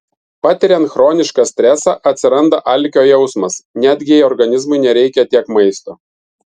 patiriant chronišką stresą atsiranda alkio jausmas netgi jei organizmui nereikia tiek maisto